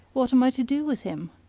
what am i to do with him?